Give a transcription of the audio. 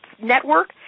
network